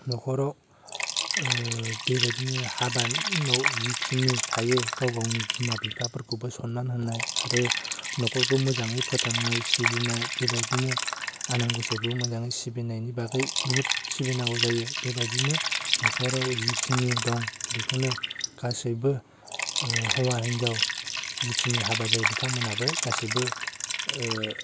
नखराव बेबायदिनो हाबानि उनाव जिखिनि थायो गाव गावनि बिमा बिफाफोरखौबो सनमान होनाय आरो नखरखौ मोजाङै फोथांनाय सिबिनाय बे बायदिनो आनान गसाइखौ मोजाङै सिबिनाय बागै बहुथ सिबिनांगौ जायो बेबायदिनो नखराव जिखिनि दं बेखौनो गासैबै ओह हौवा हिनजाव जिखिनि हाबा जायो बिथांमोनहाबो गासिबो